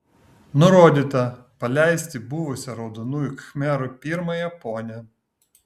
nurodyta paleisti buvusią raudonųjų khmerų pirmąją ponią